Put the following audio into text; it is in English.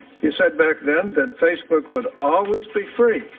you said back then that facebook would always be free.